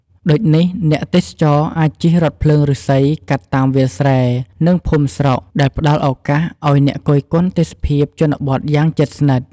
ដូចនេះអ្នកទេសចរអាចជិះរថភ្លើងឫស្សីកាត់តាមវាលស្រែ និងភូមិស្រុក ដែលផ្តល់ឱកាសឱ្យអ្នកគយគន់ទេសភាពជនបទយ៉ាងជិតស្និទ្ធ។